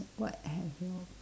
what have your